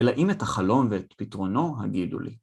‫אלא אם את החלום ואת פתרונו, ‫הגידו לי.